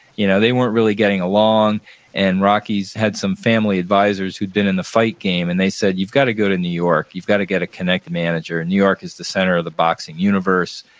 you know they weren't really getting along and rocky had some family advisors who'd been in the fight game, and they said, you've got to go to new york. you've got to get a connect manager, and new york is the center of the boxing universe.